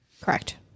Correct